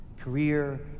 Career